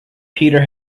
peter